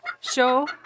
show